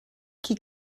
qui